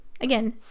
Again